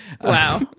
wow